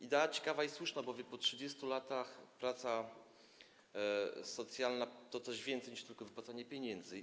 Idea ciekawa i słuszna, albowiem po 30 latach praca socjalna to coś więcej niż tylko wypłacanie pieniędzy.